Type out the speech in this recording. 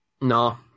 No